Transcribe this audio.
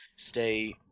Stay